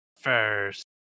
first